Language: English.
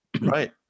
Right